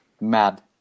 Mad